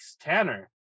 Tanner